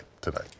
tonight